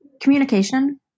Communication